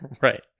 Right